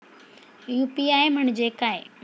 UPI म्हणजे काय?